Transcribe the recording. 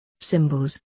Symbols